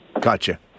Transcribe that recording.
Gotcha